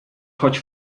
choć